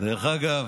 דרך אגב,